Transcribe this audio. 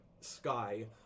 sky